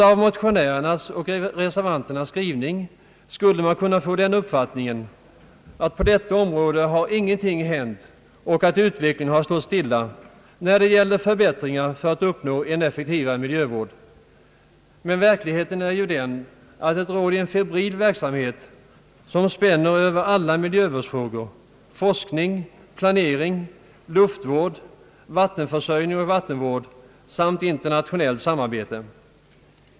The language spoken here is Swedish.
Av motionärernas och reservanternas skrivning skulle man kunna få den uppfattningen att ingenting hänt på detta område och att utvecklingen stått stilla när det gäller förbättringar för att uppnå en effektivare miljövård. Men verkligheten är ju den att det råder en febril verksamhet som spänner över alla miljövårdsfrågor: forskning, planering, luftvård, vattenförsörjning och vattenvård samt internationellt samarbete.